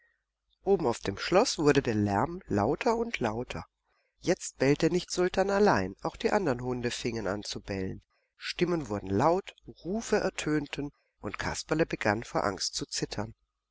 oben auf dem schloß wurde der lärm lauter und lauter jetzt bellte nicht sultan allein auch die andern hunde fingen an zu bellen stimmen wurden laut rufe ertönten und kasperle begann vor angst zu zittern